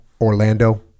Orlando